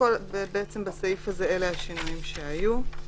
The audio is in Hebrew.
בעצם בסעיף הזה אלו השינויים שהיו.